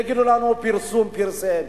יגידו לנו: הוא פרסם פרסום.